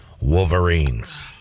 Wolverines